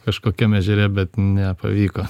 kažkokiam ežere bet nepavyko